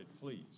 please